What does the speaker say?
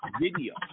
video